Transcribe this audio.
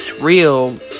real